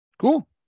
Cool